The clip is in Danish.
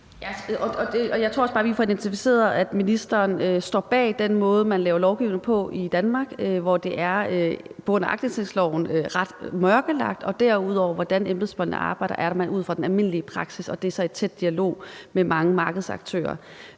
Jeg tror også bare, at vi få identificeret, at ministeren står bag den måde, man laver lovgivning på i Danmark, hvor det på grund af aktindsigtsloven er ret mørkelagt, og at det, når det drejer sig om den måde, embedsfolkene arbejder på, er ud fra den almindelige praksis, og at det så er i en tæt dialog med mange markedsaktører.